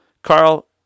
Carl